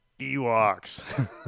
Ewoks